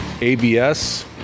ABS